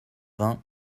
vingt